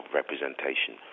representation